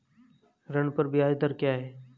ऋण पर ब्याज दर क्या है?